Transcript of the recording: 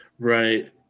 Right